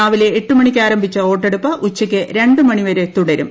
രാവിലെ എട്ട് മണിക്ക് ആര്യ്ഭ്രിച്ചു വോട്ടെടുപ്പ് ഉച്ചയ്ക്ക് രണ്ട് മണിവരെ തുടരും